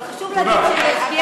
--- אבל חשוב להגיד שיש,